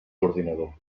ordinador